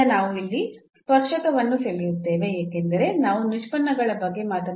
ಈಗ ನಾವು ಇಲ್ಲಿ ಸ್ಪರ್ಶಕವನ್ನು ಸೆಳೆಯುತ್ತೇವೆ ಏಕೆಂದರೆ ನಾವು ನಿಷ್ಪನ್ನಗಳ ಬಗ್ಗೆ ಮಾತನಾಡುತ್ತಿದ್ದೇವೆ